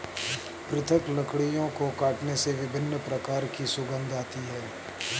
पृथक लकड़ियों को काटने से विभिन्न प्रकार की सुगंध आती है